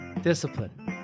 Discipline